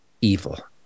evil